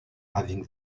having